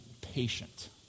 patient